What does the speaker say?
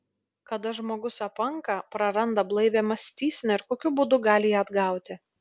kada žmogus apanka praranda blaivią mąstyseną ir kokiu būdu gali ją atgauti